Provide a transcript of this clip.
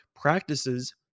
practices